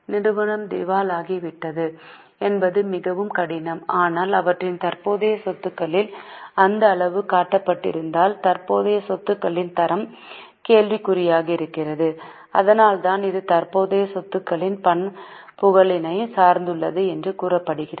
நிறுவனம் திவாலாகிவிட்டது என்பது மிகவும் கடினம் ஆனால் அவற்றின் தற்போதைய சொத்துகளில் அந்த அளவு காட்டப்பட்டிருந்தால் தற்போதைய சொத்துகளின் தரம் கேள்விக்குறியாகிறது அதனால்தான் இது தற்போதைய சொத்துக்களின் பண்புகளையும் சார்ந்துள்ளது என்று கூறப்படுகிறது